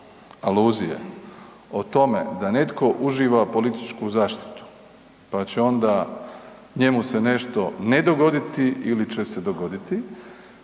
aluzije o tome da netko uživa političku zaštitu, pa će onda njemu se nešto ne dogoditi ili će se dogoditi